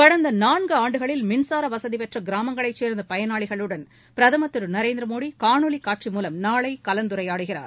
கடந்த நான்கு ஆண்டுகளில் மின்சார வசதி பெற்ற கிராமங்களைச் சேர்ந்த பயனாளிகளுடன் பிரதமர் திரு நரேந்திரமோடி காணொலிக் காட்சி மூலம் நாளை கலந்துரையாடுகிறார்